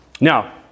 Now